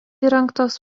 įrengtos